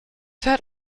fährt